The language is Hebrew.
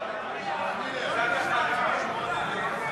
אתה הצבעת.